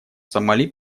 сомали